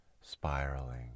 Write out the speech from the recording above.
spiraling